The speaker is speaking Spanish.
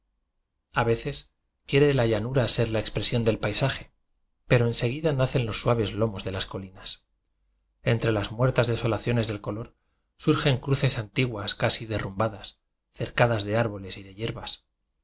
veces quiere la llanu ra ser la expresión del paisaje pero ense guida nacen los suaves lomos de las coli nas entre las muertas desolaciones del color surgen cruces antiguas casi derrumbadas cercadas de árboles y de